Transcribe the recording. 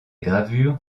gravures